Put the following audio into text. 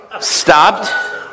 stopped